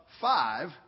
five